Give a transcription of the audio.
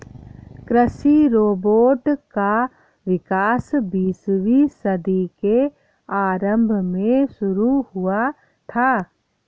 कृषि रोबोट का विकास बीसवीं सदी के आरंभ में शुरू हुआ था